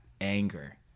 anger